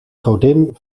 godin